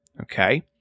okay